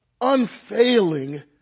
unfailing